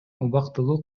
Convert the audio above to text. убактылуу